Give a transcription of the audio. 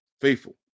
faithful